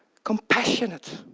compassionate.